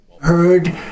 Heard